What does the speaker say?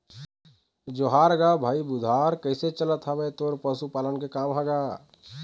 जोहार गा भाई बुधार कइसे चलत हवय तोर पशुपालन के काम ह गा?